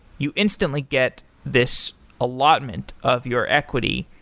you instantly get this allotment of your equity,